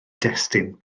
destun